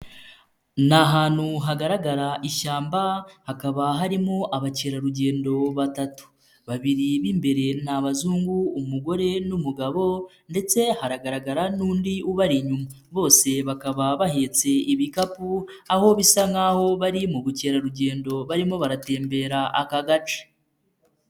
Ni ahantu hagaragara ishyamba, hakaba harimo abakerarugendo batatu, babiri b'imbere ni abazungu, umugore n'umugabo ndetse haragaragara n'undi ubari inyuma, bose bakaba bahetse ibikapu, aho bisa nk'aho bari mu bukerarugendo, barimo baratembera aka gace.